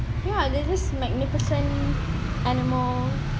ya they're just magnificent animal